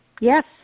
Yes